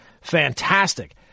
fantastic